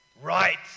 right